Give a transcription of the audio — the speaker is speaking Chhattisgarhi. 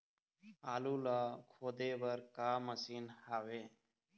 आलू ला खोदे बर का मशीन हावे?